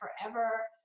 forever